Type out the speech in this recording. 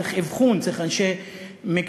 צריך אבחון, צריך אנשי מקצוע,